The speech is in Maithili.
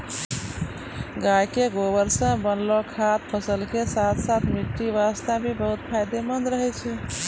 गाय के गोबर सॅ बनैलो खाद फसल के साथॅ साथॅ मिट्टी वास्तॅ भी बहुत फायदेमंद रहै छै